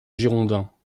girondins